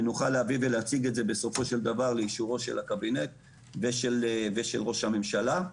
ונוכל להציג את זה בסופו של דבר לאישורו של הקבינט ושל ראש הממשלה.